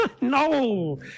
No